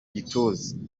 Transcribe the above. gituza